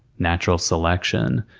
natural selection,